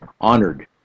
honored